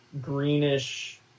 greenish